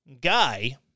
guy